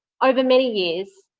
over many years,